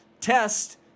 test